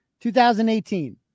2018